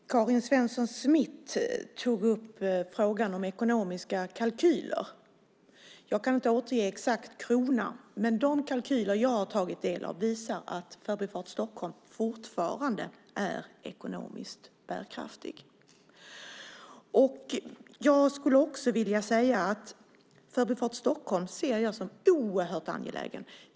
Fru talman! Karin Svensson Smith tog upp frågan om ekonomiska kalkyler. Jag kan inte återge exakt på kronan. Men de kalkyler som jag har tagit del av visar att Förbifart Stockholm fortfarande är ekonomiskt bärkraftig. Jag ser Förbifart Stockholm som oerhört angelägen.